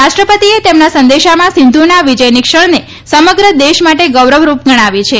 રાષ્ટ્રપતિએ તેમના સંદેશોમાં સિંધુના વિજયની ક્ષણને સમગ્ર દેશ માટે ગૌરવ રૂપ ગણાવી છે